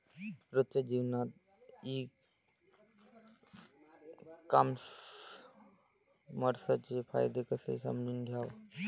रोजच्या जीवनात ई कामर्सचे फायदे कसे समजून घ्याव?